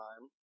time